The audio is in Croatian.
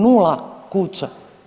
Nula kuća.